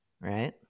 right